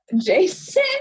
Jason